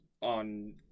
on